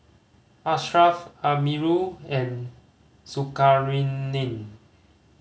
Ashraf Amirul and Zulkarnain